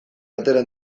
atera